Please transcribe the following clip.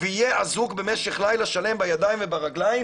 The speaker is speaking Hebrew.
ויהיה אזוק במשך לילה שלם בידיים וברגליים,